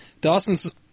Dawson's